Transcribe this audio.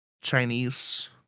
chinese